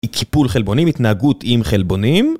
אי-קיפול חלבונים, התנהגות עם חלבונים.